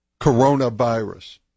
coronavirus